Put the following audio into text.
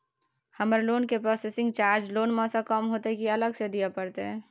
हमर लोन के processing charge loan म स कम होतै की अलग स दिए परतै?